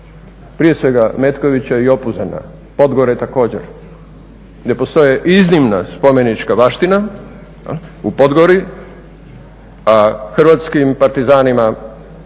prije svega Metkovića i Opuzena, Podgore također gdje postoje iznimna spomenička baština u Podgori a hrvatskim Partizanima,